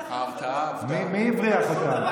מי הבריח אותם?